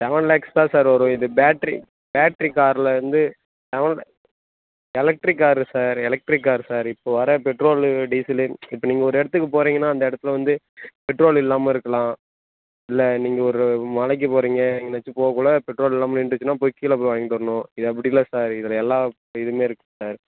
seven lakes தான் sir வரும் இது பேட்ரி பேட்ரி காரில் இருந்து electric car sir electric car sir இப்போ வர்ற பெட்ரோலு டீசலு இப்போ நீங்கள் ஒரு இடத்துக்கு போகிறீங்கன்னா அந்த இடத்தில் வந்து பெட்ரோல் இல்லாமல் இருக்கலாம் இல்லை நீங்கள் ஒரு மலைக்கு போகிறீங்க எங்கேனாச்சும் போகக்குள்ள பெட்ரோல் இல்லாமல் நின்றுச்சுன்னா போய் கீழே போய் வாங்கிட்டு வரணும் இது அப்படி இல்லை சார் இதில் எல்லாம் இதுவுமே இருக்குது சார்